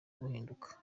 buhinduka